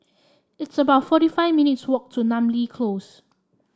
it's about forty five minutes' walk to Namly Close